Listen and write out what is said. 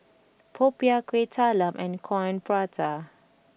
Popiah Kueh Talam and Coin Prata